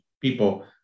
people